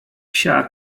psia